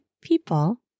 People